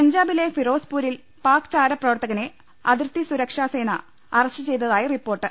പഞ്ചാബിലെ ഫിറോസ്പൂരിൽ പാക്ക് ചാരപ്രവർത്തകനെ അതിർത്തി സുരക്ഷാസേന അറസ്റ്റ് ചെയ്തതായി റിപ്പോർട്ട്